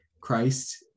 Christ